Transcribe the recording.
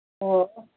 ꯑꯣ